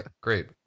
great